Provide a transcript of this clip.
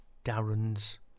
Darren's